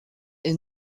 est